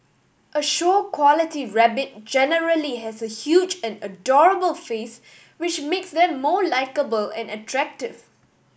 a show quality rabbit generally has a huge and adorable face which makes them more likeable and attractive